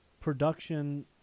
production